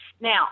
Now